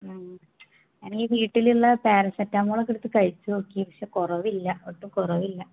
ഞാനീ വീട്ടിലുള്ള പാരസെറ്റമോളൊക്കെയെടുത്തു കഴിച്ചുനോക്കി പക്ഷെ കുറവില്ല